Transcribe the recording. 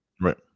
Right